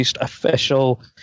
official